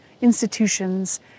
institutions